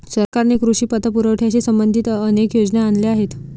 सरकारने कृषी पतपुरवठ्याशी संबंधित अनेक योजना आणल्या आहेत